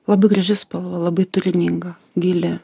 labai graži spalva labai turininga gili